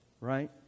right